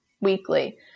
weekly